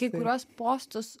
kai kuriuos postus